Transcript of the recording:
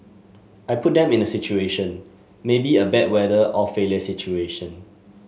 I put them in a situation maybe a bad weather or failure situation